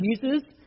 Jesus